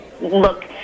look